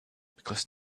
because